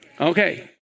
Okay